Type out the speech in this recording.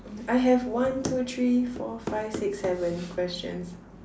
I have one two three four five six seven questions